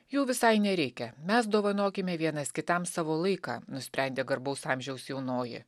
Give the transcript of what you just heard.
jų visai nereikia mes dovanokime vienas kitam savo laiką nusprendė garbaus amžiaus jaunoji